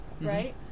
right